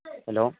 hello